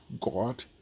God